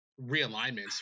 realignments